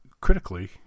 critically